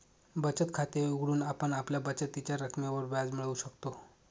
बचत खाते उघडून आपण आपल्या बचतीच्या रकमेवर व्याज मिळवू शकतो